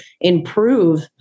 improve